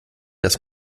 das